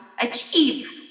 achieve